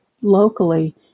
locally